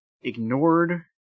ignored